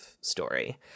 story